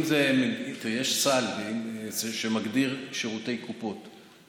יש סל שמגדיר שירותי קופות,